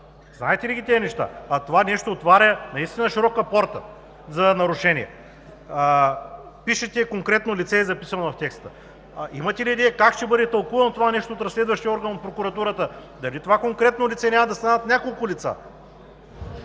Знаете ли ги тези неща? А това нещо отваря наистина широка порта за нарушения. Пишете: конкретно лице е записано в текста. Имате ли идея как ще бъде тълкувано това нещо от разследващия орган, от прокуратурата? Дали това конкретно лице няма да станат няколко лица,